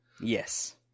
Yes